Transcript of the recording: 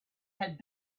had